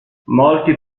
molti